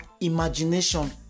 imagination